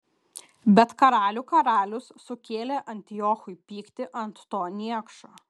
bet karalių karalius sukėlė antiochui pyktį ant to niekšo